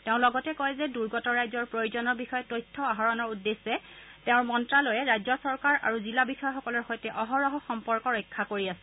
তেওঁ লগতে কয় যে দুৰ্গত ৰাইজৰ প্ৰয়োজনৰ বিষয়ে তথ্য আহৰণৰ উদ্দেশ্যে তেওঁৰ মন্ত্ৰালয়ে ৰাজ্য চৰকাৰ আৰু জিলা বিষয়াসকলৰ সৈতে অহৰহ সম্পৰ্ক ৰক্ষা কৰি আছে